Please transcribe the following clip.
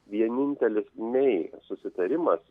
vienintelis mei susitarimas